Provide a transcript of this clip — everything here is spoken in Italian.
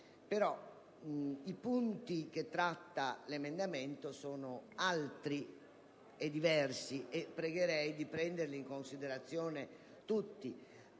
i punti che tratta l'emendamento sono altri e diversi, e pregherei di prenderli in considerazione tutti.